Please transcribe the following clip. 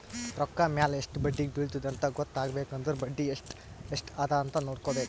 ರೊಕ್ಕಾ ಮ್ಯಾಲ ಎಸ್ಟ್ ಬಡ್ಡಿ ಬಿಳತ್ತುದ ಅಂತ್ ಗೊತ್ತ ಆಗ್ಬೇಕು ಅಂದುರ್ ಬಡ್ಡಿ ಎಸ್ಟ್ ಎಸ್ಟ್ ಅದ ಅಂತ್ ನೊಡ್ಕೋಬೇಕ್